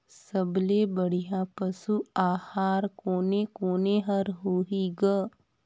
सबले बढ़िया पशु आहार कोने कोने हर होही ग?